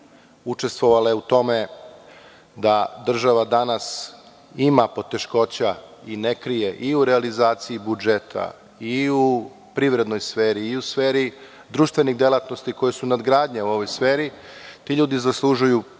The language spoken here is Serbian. učestvovale u tome da država danas ima poteškoća i ne krije i u realizaciji budžeta i u privrednoj sferi i u sferi društvenih delatnosti koje su nadgradnja ovoj sferi, i ti ljudi zaslužuju